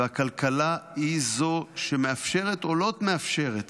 והכלכלה היא זו שמאפשרת או לא מאפשרת